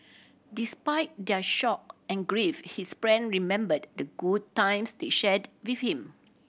despite their shock and grief his friend remembered the good times they shared with him